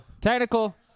technical